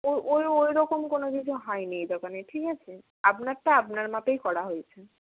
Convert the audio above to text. ও ওই ওই রকম কোনো কিছু হয় নি এই দোকানে ঠিক আছে আপনারটা আবনার মাপেই করা হয়েছে